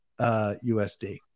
USD